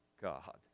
God